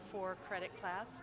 four credit class